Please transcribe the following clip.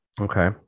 Okay